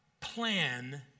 plan